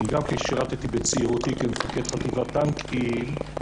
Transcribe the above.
אני גם כן שירתי בצעירותי כמפקד חטיבת טנקים,